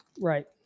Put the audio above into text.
right